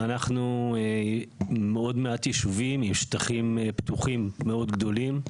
ואנחנו מאוד מעט ישובים עם שטחים פתוחים מאוד גדולים.